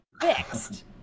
fixed